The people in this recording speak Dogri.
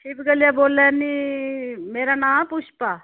शिव गली दा बोल्ला'रनी में नांऽ ऐ पुश्पा